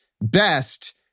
best